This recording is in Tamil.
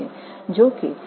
சரி அது எளிதானதாக இருக்காது